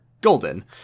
golden